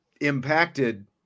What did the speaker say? impacted